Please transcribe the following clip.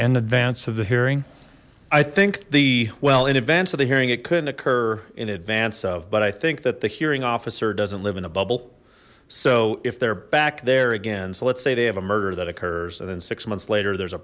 advance of the hearing i think the well in advance of the hearing it couldn't occur in advance of but i think that the hearing officer doesn't live in a bubble so if they're back there again so let's say they have a murder that occurs and then six months later there's a